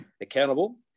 accountable